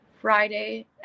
Friday